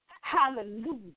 Hallelujah